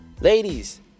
Ladies